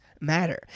matter